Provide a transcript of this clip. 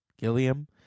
Gilliam